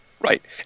right